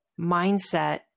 mindset